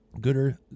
Gooder